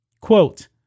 Quote